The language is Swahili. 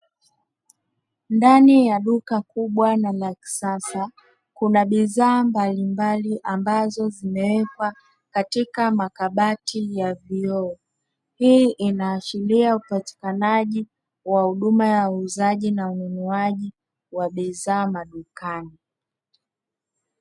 Ndani ya duka kubwa na la kisasa kuna bidhaa mbalimbali ambazo zimewekwa katika makabati ya vioo. Hii inaashiria upatikanaji wa huduma ya uuzaji na ununuaji wa bidhaa madukani.